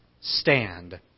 stand